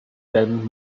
then